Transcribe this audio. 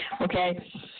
okay